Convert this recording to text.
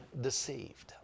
deceived